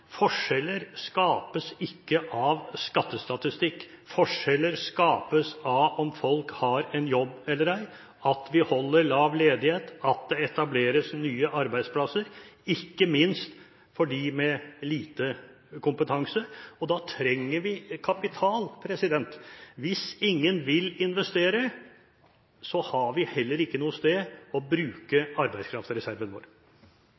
forskjeller skapes ikke av skattestatistikk. Forskjeller skapes av om folk har en jobb eller ei, at vi har lav ledighet, at det etableres nye arbeidsplasser – ikke minst for dem med liten kompetanse. Da trenger vi kapital. Hvis ingen vil investere, har vi heller ikke noe sted hvor vi kan bruke arbeidskraftreserven vår.